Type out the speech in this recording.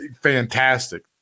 fantastic